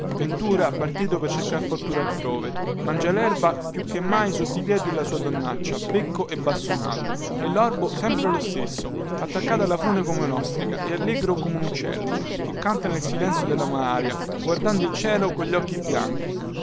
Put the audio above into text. ventura partito per cercar fortuna altrove mangialerba più che mai sotto i piedi della sua donnaccia becco e bastonato e lorbo sempre lo stesso attaccato alla fune come unostrica e allegro come un uccello che cantava nel silenzio della malaria guardando il cielo cogli occhi bianchi